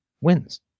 wins